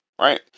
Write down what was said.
Right